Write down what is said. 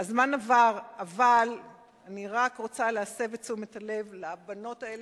אבל אני רק רוצה להסב את תשומת הלב לבנות האלה,